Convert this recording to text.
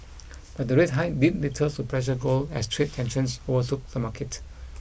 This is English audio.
but the rate hike did little to pressure gold as trade tensions overtook the market